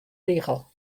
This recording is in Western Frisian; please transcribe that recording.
rigel